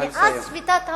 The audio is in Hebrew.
מאז שביתת ההורים,